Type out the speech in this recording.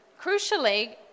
Crucially